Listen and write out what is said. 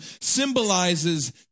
symbolizes